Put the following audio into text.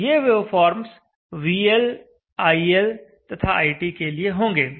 तो ये waveforms VL iL तथा iT के लिए होंगे